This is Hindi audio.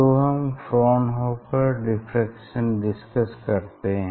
तो हम फ्रॉनहोफर डिफ्रैक्शन डिस्कस करते हैं